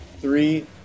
Three